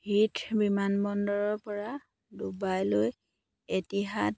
Heath বিমানবন্দৰৰ পৰা ডুবাইলৈ এটিহাদ